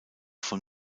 von